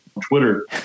Twitter